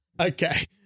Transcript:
Okay